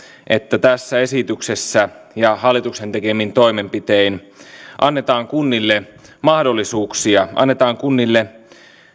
että tässä esityksessä ja hallituksen tekemin toimenpitein annetaan kunnille mahdollisuuksia annetaan kunnille